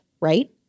right